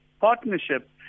partnership